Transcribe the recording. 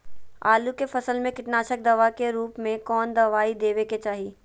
आलू के फसल में कीटनाशक दवा के रूप में कौन दवाई देवे के चाहि?